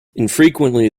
infrequently